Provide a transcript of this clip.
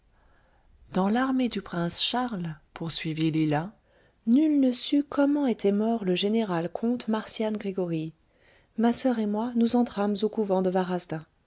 dans l'armée du prince charles poursuivit lila nul ne sut comment était mort le général comte marcian gregoryi ma soeur et moi nous entrâmes au couvent de